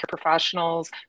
professionals